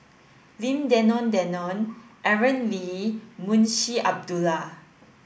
Lim Denan Denon Aaron Lee and Munshi Abdullah